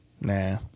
Nah